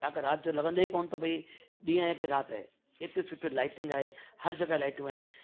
तव्हांखे राति जो लॻंदो ई कोन की भई ॾींहुं आहे की राति आहे हेतिरो सुठो लाईटिंग आहे हर जॻह लाईटूं आहिनि